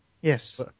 Yes